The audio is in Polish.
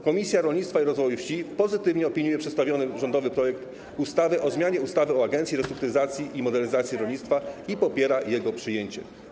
Komisja Rolnictwa i Rozwoju Wsi pozytywnie opiniuje przedstawiony rządowy projekt ustawy o zmianie ustawy o Agencji Restrukturyzacji i Modernizacji Rolnictwa i popiera jego przyjęcie.